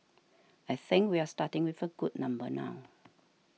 I think we are starting with a good number now